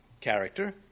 character